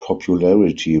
popularity